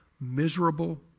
miserable